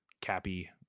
Cappy